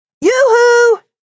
Yoo-hoo